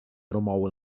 promou